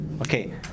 Okay